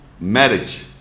marriage